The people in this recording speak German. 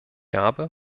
habe